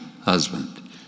husband